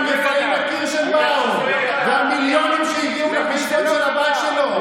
ליברמן ופאינה קירשנבאום והמיליונים שהגיעו לחשבון של הבנק שלו.